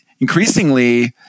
increasingly